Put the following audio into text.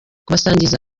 kubasangiza